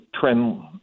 trend